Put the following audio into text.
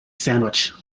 sandwich